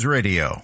Radio